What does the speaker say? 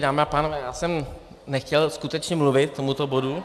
Dámy a pánové, já jsem nechtěl skutečně mluvit k tomuto bodu. .